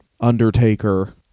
Undertaker